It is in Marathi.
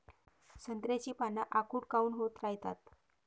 संत्र्याची पान आखूड काऊन होत रायतात?